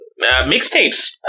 mixtapes